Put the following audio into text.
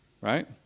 right